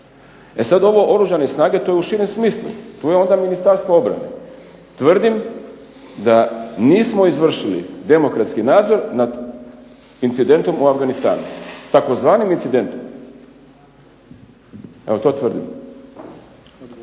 E sad ovo Oružane snage, to je u širem smislu. Tu je onda Ministarstvo obrane. Tvrdim da nismo izvršili demokratski nadzor nad incidentom u Afganistanu tzv. incidentom. Evo, to tvrdim.